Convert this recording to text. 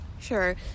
Sure